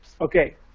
Okay